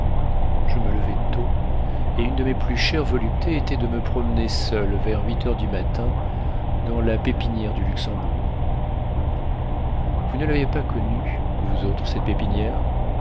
je me levais tôt et une de mes plus chères voluptés était de me promener seul vers huit heures du matin dans la pépinière du luxembourg vous ne l'avez pas connue vous autres cette pépinière